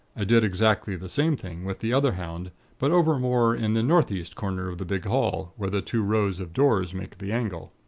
i did exactly the same thing with the other hound but over more in the northeast corner of the big hall, where the two rows of doors make the angle.